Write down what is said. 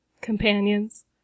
companions